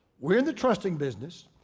we're the trusting business,